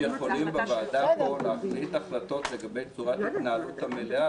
אם יכולים בוועדה פה להחליט החלטה לגבי צורת התנהלות המליאה,